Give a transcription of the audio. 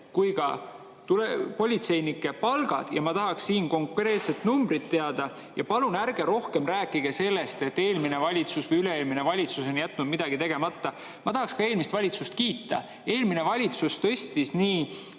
kui ka politseinike palka? Ma tahaks siin konkreetset numbrit teada. Ja palun ärge rohkem rääkige sellest, et eelmine valitsus või üle-eelmine valitsus on jätnud midagi tegemata. Ma tahaksin ka eelmist valitsust kiita. Eelmine valitsus tõstis